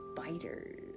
spiders